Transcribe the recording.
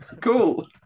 cool